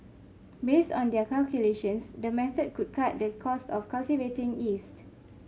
based on their calculations the method could cut the cost of cultivating yeast